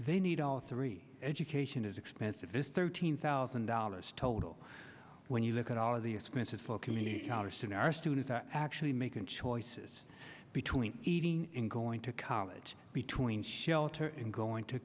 they need all three education is expensive is thirteen thousand dollars total when you look at all of the expenses flow communicator soon our students are actually making choices between eating going to college between shelter and going to